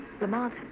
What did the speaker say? Lamont